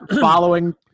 following